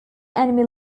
enemy